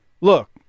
look